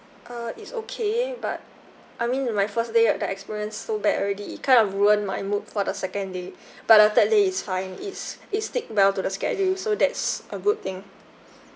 uh it's okay but I mean my first day of the experience so bad already it kind of ruined my mood for the second day but the third day is fine it's it's stick well to the schedule so that's a good thing